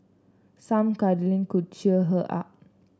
some cuddling could cheer her up